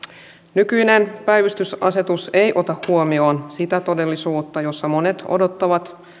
nykyinen päivystysasetus ei ota huomioon sitä todellisuutta jossa monet odottavat